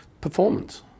Performance